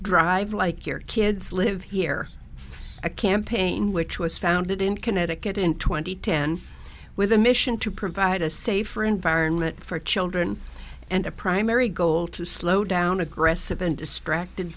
drive like your kids live here a campaign which was founded in connecticut in twenty ten was a mission to provide a safer environment for children and a primary goal to slow down aggressive and distracted